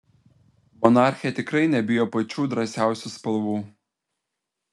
monarchė tikrai nebijo pačių drąsiausių spalvų